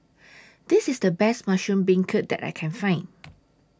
This IS The Best Mushroom Beancurd that I Can Find